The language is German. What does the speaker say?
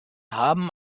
haben